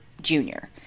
junior